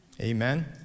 Amen